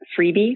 freebie